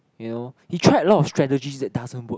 you know he tried a lot of strategies that doesn't work